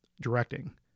directing